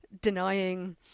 denying